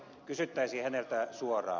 kysyttäisiin häneltä suoraan